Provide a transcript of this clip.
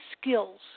skills